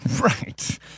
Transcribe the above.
Right